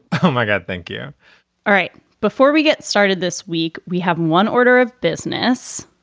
oh, my god. thank you all right. before we get started this week, we have one order of business.